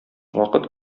вакыт